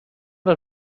les